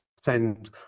send